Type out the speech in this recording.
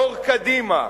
יושב-ראש קדימה,